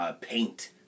paint